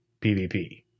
PvP